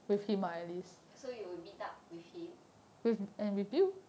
so you will meet up with him